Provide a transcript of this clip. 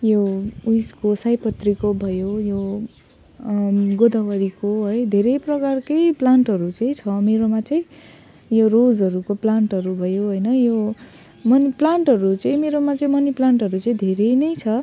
यो उसको सयपत्रीको भयो यो गदावरीको है धेरै प्रकारकै प्लान्टहरू चाहिँ छ यो मेरोमा चाहिँ यो रोजहरूको प्लान्टहरू भयो होइन यो मनी प्लान्टहरू चाहिँ मेरोमा चाहिँ मनी प्लान्टहरू चाहिँ धेरै नै छ